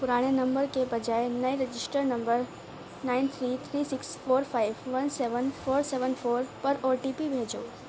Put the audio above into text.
پرانے نمبر کے بجائے نئے registered number nine three three six four five one seven four seven four پر او ٹی پی بھیجو